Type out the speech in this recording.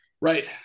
Right